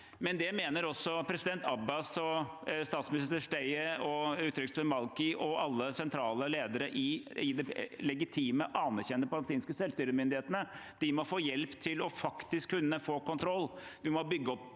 men det mener også president Abbas og statsminister Shtayyeh og utenriksminister al-Maliki og alle sentrale ledere i de legitime, anerkjente palestinske selvstyremyndighetene. De må få hjelp til faktisk å kunne få kontroll.